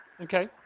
Okay